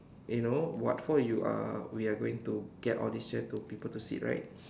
you know what for you are we are going to get all these chairs to people to sit right